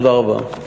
תודה רבה.